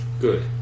good